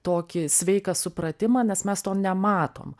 tokį sveiką supratimą nes mes to nematom